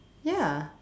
ya